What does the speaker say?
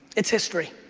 it's history.